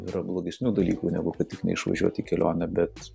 yra blogesnių dalykų negu kad tik neišvažiuoti į kelionę bet